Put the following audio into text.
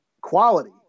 quality